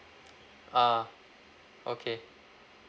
ah okay